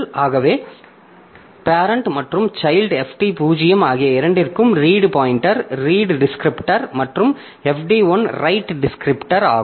ஆகவே பேரெண்ட் மற்றும் child fd 0 ஆகிய இரண்டிற்கும் ரீட் பாயிண்டர் ரீட் டிஸ்கிரிப்டர் மற்றும் fd 1 ரைட் டிஸ்கிரிப்டர் ஆகும்